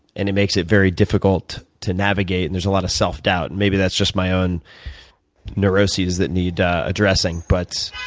and it makes it very difficult to navigate, and there's a lot of self-doubt. and maybe that's just my own neuroses that need ah addressing. but